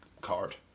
card